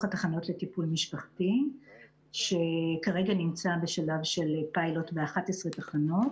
התחנות לטיפול משפחתי שכרגע נמצא בשלב של פיילוט ב-11 תחנות